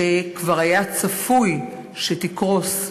שכבר היה צפוי שתקרוס,